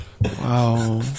Wow